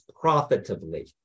profitably